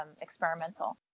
experimental